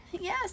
Yes